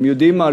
אתם יודעים מה,